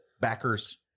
backers